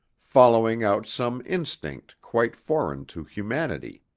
following out some instinct quite foreign to humanity.